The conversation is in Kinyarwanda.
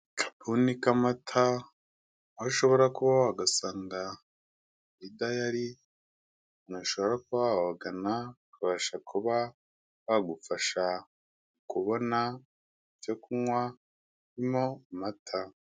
Akabuni k'amata aho ashobora kubaho wagasanga kuri dayari, unashobora kuba wabagana babasha kuba bagufasha kubona ibyo kunywa harimo amata.